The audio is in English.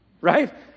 right